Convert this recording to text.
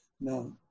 no